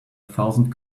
thousand